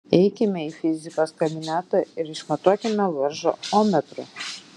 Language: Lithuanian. eikime į fizikos kabinetą ir išmatuokime varžą ommetru